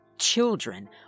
Children